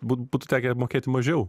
būt būtų tekę mokėti mažiau